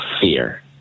fear